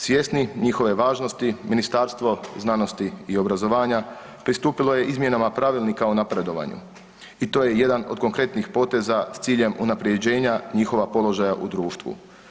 Svjesni njihove važnosti Ministarstvo znanosti i obrazovanja pristupilo je izmjenama Pravilnika o napredovanju i to je jedan od konkretnih poteza s ciljem unaprjeđenja njihovog položaja u društvu.